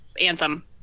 anthem